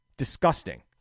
Disgusting